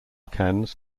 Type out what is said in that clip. cans